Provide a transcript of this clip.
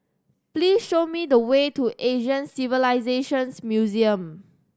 please show me the way to Asian Civilisations Museum